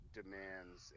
demands